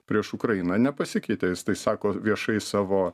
prieš ukrainą nepasikeitė jis tai sako viešai savo